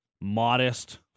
modest